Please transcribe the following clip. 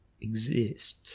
exist